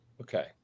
Okay